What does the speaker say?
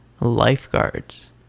lifeguards